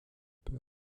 peu